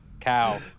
Cow